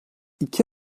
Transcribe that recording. i̇ki